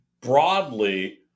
broadly